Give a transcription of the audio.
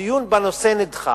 הדיון בנושא נדחה.